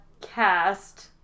Cast